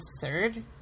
third